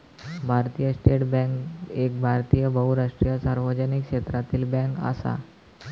भारतीय state bank एक भारतीय बहुराष्ट्रीय सार्वजनिक क्षेत्रातली बॅन्क असा